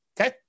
Okay